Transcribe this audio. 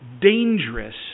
dangerous